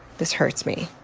this hurts me.